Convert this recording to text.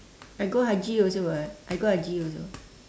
I go haji also [what] I go haji also